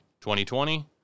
2020